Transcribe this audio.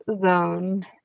zone